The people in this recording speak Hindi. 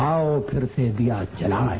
आओ फिर से दिया जलाएं